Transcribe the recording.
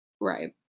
Right